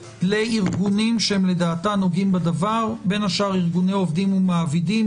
לארגונים שלדעתה נוגעים בדבר בין השאר ארגוני עובדים ומעבידים,